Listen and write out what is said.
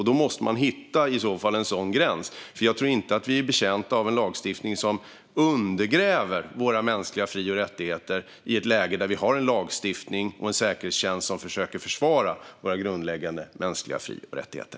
Då måste man i så fall hitta en sådan gräns, för jag tror inte att vi är betjänta av en lagstiftning som undergräver våra mänskliga fri och rättigheter i ett läge där vi har en lagstiftning och en säkerhetstjänst som försöker försvara våra grundläggande mänskliga fri och rättigheter.